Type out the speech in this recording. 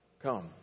Come